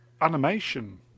animation